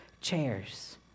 chairs